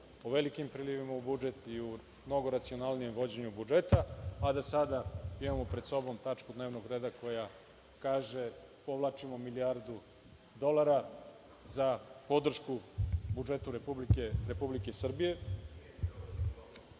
o velikim prilivima u budžet i o mnogo racionalnijem vođenju budžeta, a da sada imamo pred sobom tačku dnevnog reda koja kaže – povlačimo milijardu dolara za podršku budžetu Republike Srbije? Dobili